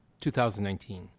2019